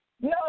No